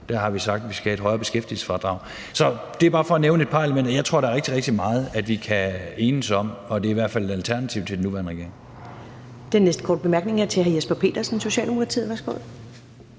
har vi sagt skal have et højere beskæftigelsesfradrag. Så det er bare for at nævne et par ting. Jeg tror, der er rigtig, rigtig meget, vi kan enes om, og det er i hvert fald et alternativ til den nuværende regering. Kl. 10:26 Første næstformand (Karen Ellemann): Den næste